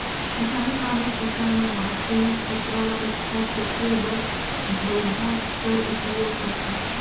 किसानी काम मे किसान मन माटी, कचरा ल उठाए फेके बर झउहा कर उपियोग करथे